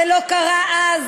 זה לא קרה אז,